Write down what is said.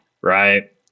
right